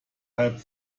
halb